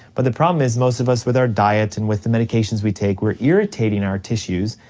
but the problem is most of us with our diet and with the medications we take, we're irritating our tissues,